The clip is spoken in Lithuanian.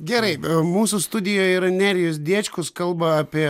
gerai a mūsų studijoj yra nerijus diečkus kalba apie